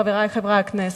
חברי חברי הכנסת,